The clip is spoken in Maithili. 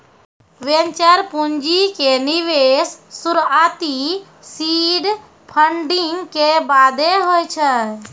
वेंचर पूंजी के निवेश शुरुआती सीड फंडिंग के बादे होय छै